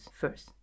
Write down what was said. first